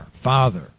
Father